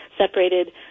separated